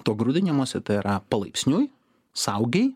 tuo grūdinimosi tai yra palaipsniui saugiai